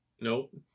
Nope